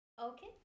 Okay